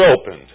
opened